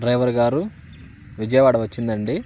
డ్రైవర్గారు విజయవాడ వచ్చిందండి